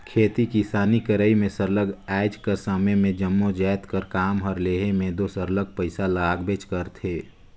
खेती किसानी करई में सरलग आएज कर समे में जम्मो जाएत कर काम कर लेहे में दो सरलग पइसा लागबेच करथे